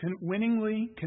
winningly